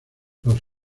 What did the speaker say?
los